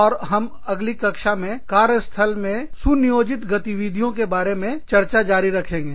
और हम अगली कक्षा कार्य स्थल में सुनियोजित गतिविधियों के बारे में चर्चा जारी रखेंगे